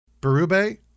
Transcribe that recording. Berube